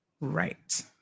right